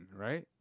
right